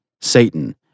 Satan